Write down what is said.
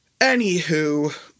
anywho